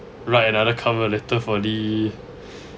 write another cover letter for the